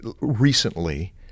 recently